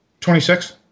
26